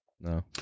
No